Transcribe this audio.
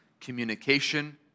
communication